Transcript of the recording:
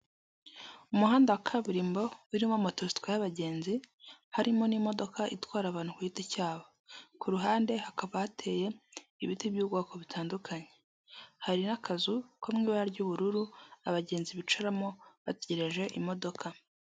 Umuhanda wa kaburimbo urimo moto zitwaye abagenzi, harimo n'imodoka itwara abantu ku giti cyabo, ku ruhande hakaba hateye ibiti by'ubwoko butandukanye hari n'akazu ko mu ibara ry'ubururu abagenzi bicaramo bategereje imodoka.